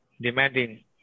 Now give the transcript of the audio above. demanding